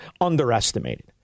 underestimated